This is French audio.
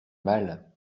mal